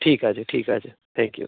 ঠিক আছে ঠিক আছে থ্যাংক ইউ